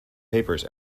papers